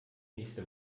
nächste